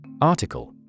Article